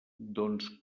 doncs